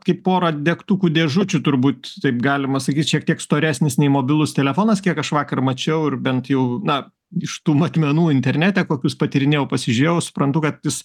kaip pora degtukų dėžučių turbūt taip galima sakyt šiek tiek storesnis nei mobilus telefonas kiek aš vakar mačiau ir bent jau na iš tų matmenų internete kokius patyrinėjau pasižiūrėjau suprantu kad jis